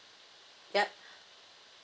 yup